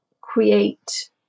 create